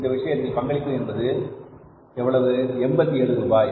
இந்த விஷயத்தில் பங்களிப்பு என்பது எவ்வளவு அது 87 ரூபாய்